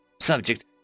Subject